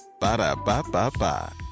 Ba-da-ba-ba-ba